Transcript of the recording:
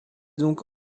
donc